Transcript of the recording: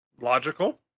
Logical